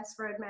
roadmap